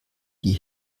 die